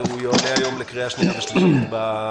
הוא יועלה היום לקריאה שנייה וקריאה שלישית במליאה.